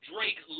Drake